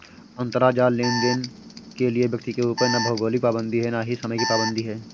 अंतराजाल लेनदेन के लिए व्यक्ति के ऊपर ना भौगोलिक पाबंदी है और ना ही समय की पाबंदी है